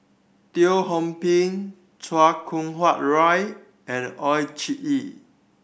Teo Ho Pin Chan Kum Wah Roy and Oon Jin Gee